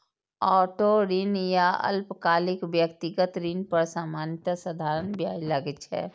auto ऋण या अल्पकालिक व्यक्तिगत ऋण पर सामान्यतः साधारण ब्याज लागै छै